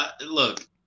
look